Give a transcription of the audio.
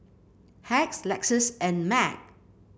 Hacks Lexus and Mac